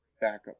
backup